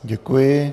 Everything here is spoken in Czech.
Děkuji.